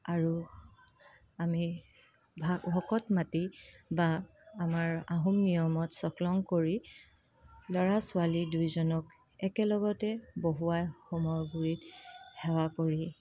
আৰু আমি ভকত মাতি বা আমাৰ আহোম নিয়মত চকলং কৰি ল'ৰা ছোৱালী দুইজনক একেলগতে বহুৱাই হোমৰ গুৰিত সেৱা কৰি